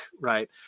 right